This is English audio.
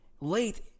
late